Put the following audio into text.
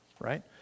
right